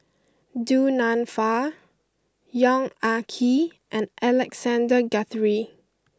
Du Nanfa Yong Ah Kee and Alexander Guthrie